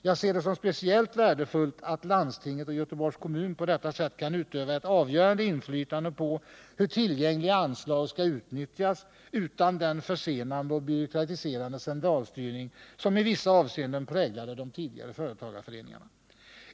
Jag ser det som speciellt värdefullt att landstinget och Göteborgs kommun på detta sätt kan utöva ett avgörande inflytande på hur tillgängliga anslag skall utnyttjas — utan den försenande och byråkratiserande centralstyrning som i vissa avseenden präglade de tidigare företagarföreningarna.